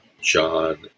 John